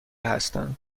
هستند